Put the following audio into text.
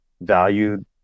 value